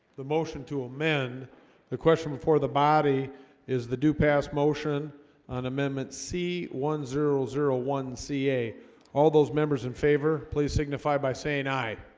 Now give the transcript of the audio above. the motion to amend the question before the body is the do pass motion on amendment c one zero zero one ca all those members in favor please signify by saying aye